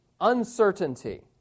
uncertainty